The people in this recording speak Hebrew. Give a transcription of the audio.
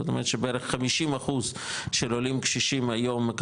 זאת אומרת שבערך 50 אחוז של עולים קשישים היום,